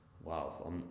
wow